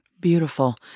Beautiful